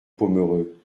pomereux